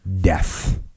Death